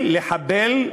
לחבל,